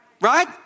right